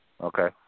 Okay